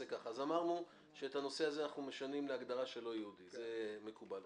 אמרנו שאת הנושא הזה אנחנו משנים להגדרה של לא יהודי זה מקובל.